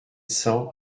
cents